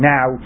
Now